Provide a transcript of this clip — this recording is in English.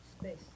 Space